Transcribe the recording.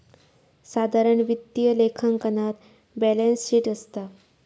साधारण वित्तीय लेखांकनात बॅलेंस शीट असता